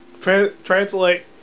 translate